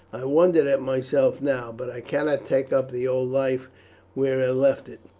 i wonder at myself now, but i cannot take up the old life where i left it.